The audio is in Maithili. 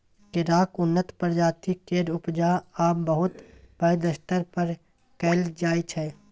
केराक उन्नत प्रजाति केर उपजा आब बहुत पैघ स्तर पर कएल जाइ छै